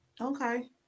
Okay